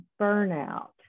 burnout